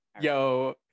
yo